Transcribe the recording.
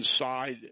inside